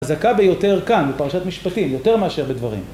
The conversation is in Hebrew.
חזקה ביותר כאן, בפרשת משפטים, יותר מאשר בדברים